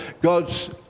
God's